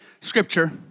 Scripture